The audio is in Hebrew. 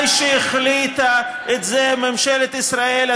ממתי שהחליטה את זה ממשלת ישראל,